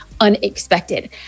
unexpected